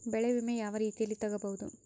ಬೆಳೆ ವಿಮೆ ಯಾವ ರೇತಿಯಲ್ಲಿ ತಗಬಹುದು?